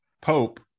Pope